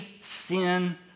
sin